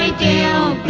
ah down